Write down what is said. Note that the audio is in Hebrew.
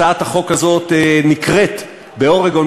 הצעת החוק הזאת נקראה באורגון,